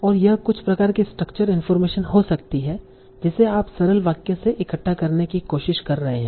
और यह कुछ प्रकार की स्ट्रक्चर इनफार्मेशन हो सकती है जिसे आप सरल वाक्य से इकट्ठा करने की कोशिश कर रहे हैं